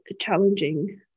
challenging